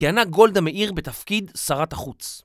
כיהנה גולדה מאיר בתפקיד שרת החוץ